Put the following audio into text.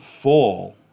fall